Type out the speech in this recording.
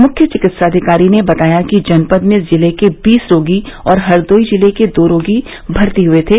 मुख्य चिकित्साधिकारी ने बताया कि जनपद में जिले के बीस रोगी और हरदोई जिले के दो रोगी भर्ती हुए थे